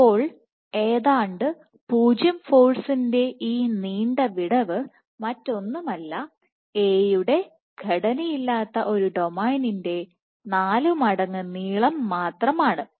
അപ്പോൾ ഏതാണ്ട് 0 ഫോഴ്സിന്റെ ഈ നീണ്ട വിടവ് മറ്റൊന്നുമല്ല A യുടെ ഘടനയില്ലാത്ത ഒരു ഡൊമെയ്നിന്റെ 4 മടങ്ങ് നീളം മാത്രമാണ്